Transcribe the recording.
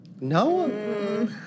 No